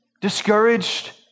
discouraged